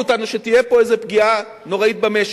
אותנו שתהיה פה איזו פגיעה נוראית במשק.